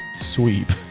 sweep